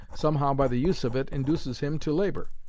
somehow, by the use of it, induces him to labor.